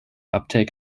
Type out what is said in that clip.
uptake